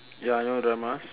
ya I know dramas